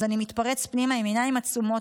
אז אני מתפרץ פנימה עם עיניים עצומות,